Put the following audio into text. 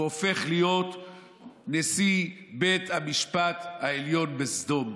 והופך להיות נשיא בית המשפט העליון בסדום.